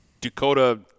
Dakota